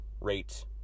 rate